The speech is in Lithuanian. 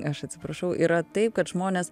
aš atsiprašau yra taip kad žmonės